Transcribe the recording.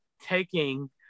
taking